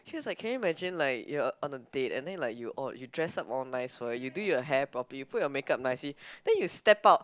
just like can you imagine like you're on a date and then like you oh you dress up all nice right you do your hair properly you put your make up nicely then you step out